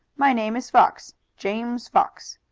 my name is fox james fox.